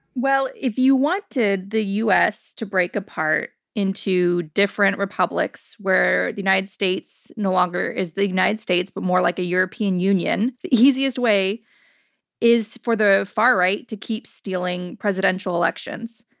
well, if you wanted the us to break apart into different republics where the united states no longer is the united states but more like a european union, the easiest way is for the far right to keep stealing presidential elections,